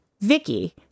Vicky